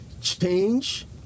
change